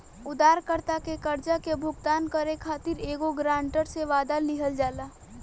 उधारकर्ता के कर्जा के भुगतान करे खातिर एगो ग्रांटर से, वादा लिहल जाला